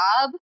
job